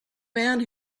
man